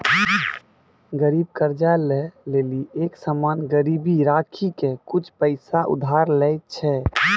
गरीब कर्जा ले लेली एक सामान गिरबी राखी के कुछु पैसा उधार लै छै